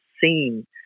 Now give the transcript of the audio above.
seen